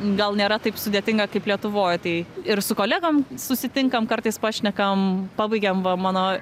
gal nėra taip sudėtinga kaip lietuvoj tai ir su kolegom susitinkam kartais pašnekam pabaigėm va mano